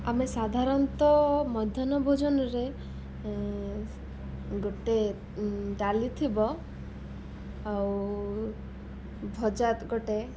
ଆମେ ସାଧାରଣତଃ ମଧ୍ୟାହ୍ନ ଭୋଜନରେ ଗୋଟେ ଡାଲି ଥିବ ଆଉ ଭଜା ଗୋଟେ